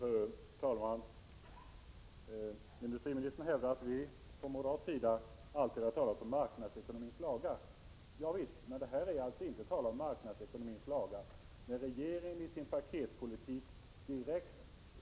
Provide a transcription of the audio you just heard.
Regionalpolitiska rådet har i sin nuvarande form arbetat sedan början av 1986. Ett fåtal sammanträden har hållits, utan att något konkret har uträttats.